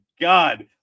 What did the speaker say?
God